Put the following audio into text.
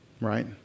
right